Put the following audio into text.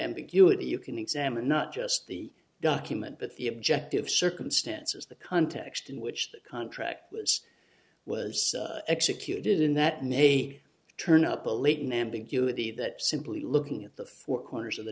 ambiguity you can examine not just the document but the objective circumstances the context in which the contract was was executed in that may turn up a latent ambiguity that simply looking at the four corners of the